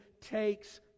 takes